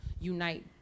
unite